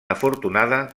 afortunada